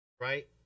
right